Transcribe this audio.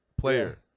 Player